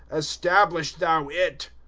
establish thou it.